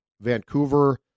Vancouver